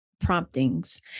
promptings